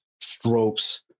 strokes